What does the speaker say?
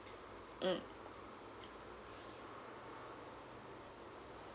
mm